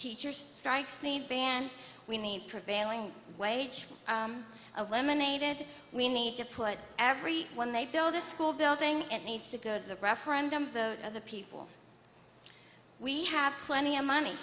teachers strike need than we need prevailing wage eliminated we need to put every one they build a school building and needs to go to the referendum vote of the people we have plenty of money